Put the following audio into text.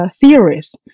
theories